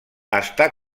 està